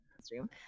stream